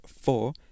four